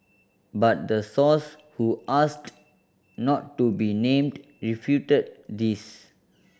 but the source who asked not to be named refuted this